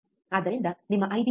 ಆದ್ದರಿಂದ ನಿಮ್ಮ ಐಬಿ ಯಾವುದು